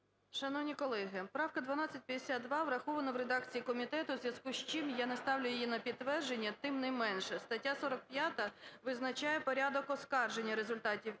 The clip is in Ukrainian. Шановні колеги, правка 1252 врахована в редакції комітету, в зв'язку з чим я не ставлю її на підтвердження. Тим не менше, стаття 45 визначає порядок оскарження результатів